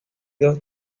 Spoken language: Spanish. dos